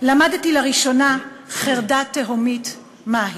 למדתי לראשונה חרדה תהומית מהי.